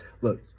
Look